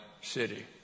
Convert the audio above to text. city